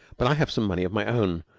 but i have some money of my own.